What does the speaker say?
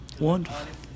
Wonderful